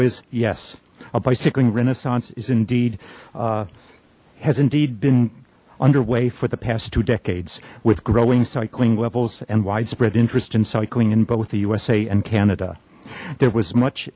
is yes a bicycling renaissance is indeed has indeed been underway for the past two decades with growing cycling levels and widespread interest in cycling in both the usa and canada there was much